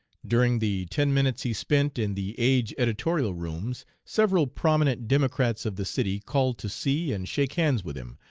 during the ten minutes he spent in the age editorial rooms several prominent democrats of the city called to see and shake hands with him,